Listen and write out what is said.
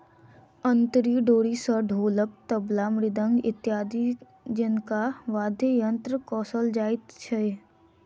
अंतरी डोरी सॅ ढोलक, तबला, मृदंग इत्यादि जेंका वाद्य यंत्र कसल जाइत छै